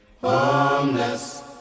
Homeless